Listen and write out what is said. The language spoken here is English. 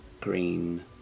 green